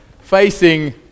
facing